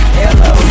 hello